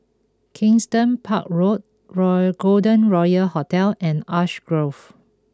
Kensington Park Road Golden Royal Hotel and Ash Grove